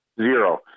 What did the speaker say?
Zero